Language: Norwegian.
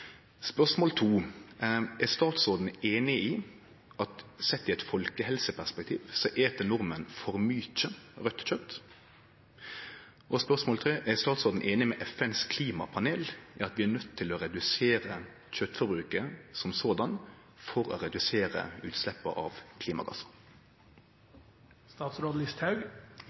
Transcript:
Spørsmål to er: Er statsråden einig i at sett i eit folkehelseperspektiv et nordmenn for mykje raudt kjøt? Spørsmål tre er: Er statsråden einig med FNs klimapanel i at vi er nøydde til å redusere kjøtforbruket for å redusere utsleppa av